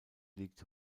liegt